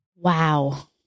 Wow